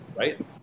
Right